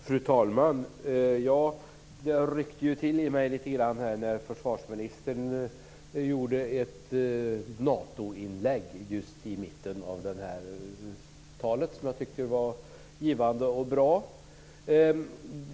Fru talman! Det ryckte till i mig lite grann när försvarsministern gjorde ett Natoinlägg i mitten av det här talet som jag tyckte var givande och bra.